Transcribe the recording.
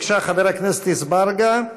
בבקשה, חבר הכנסת אזרבגה.